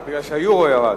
זה מפני שהיורו ירד.